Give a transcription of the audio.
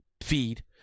feed